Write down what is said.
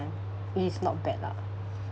which is not bad lah